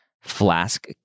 flask